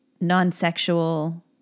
non-sexual